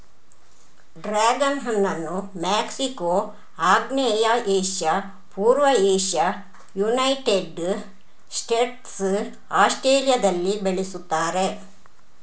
dragon ಹಣ್ಣನ್ನು Mexico, ಆಗ್ನೇಯ Asia, ಪೂರ್ವ ಏಷ್ಯಾ, ಯುನೈಟೆಡ್ ಸ್ಟೇಟ್ಸ್, ಆಸ್ಟ್ರೇಲಿಯಾದಲ್ಲಿ ಬೆಳೆಸುತ್ತಾರೆ